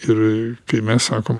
ir kai mes sakom